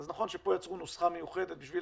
אז נכון שפה יצרו נוסחה מיוחדת בשביל